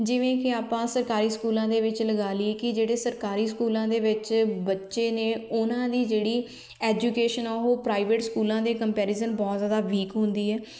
ਜਿਵੇਂ ਕਿ ਆਪਾਂ ਸਰਕਾਰੀ ਸਕੂਲਾਂ ਦੇ ਵਿੱਚ ਲਗਾ ਲਈਏ ਕਿ ਜਿਹੜੇ ਸਰਕਾਰੀ ਸਕੂਲਾਂ ਦੇ ਵਿੱਚ ਬੱਚੇ ਨੇ ਉਹਨਾਂ ਦੀ ਜਿਹੜੀ ਐਜੂਕੇਸ਼ਨ ਆ ਉਹ ਪ੍ਰਾਈਵੇਟ ਸਕੂਲਾਂ ਦੇ ਕੰਪੈਰੀਜ਼ਨ ਬਹੁਤ ਜ਼ਿਆਦਾ ਵੀਕ ਹੁੰਦੀ ਹੈ